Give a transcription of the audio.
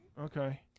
okay